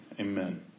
Amen